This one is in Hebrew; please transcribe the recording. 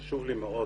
חשוב לי מאוד